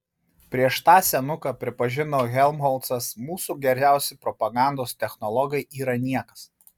prieš tą senuką pripažino helmholcas mūsų geriausi propagandos technologai yra niekas